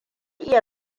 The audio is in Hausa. iya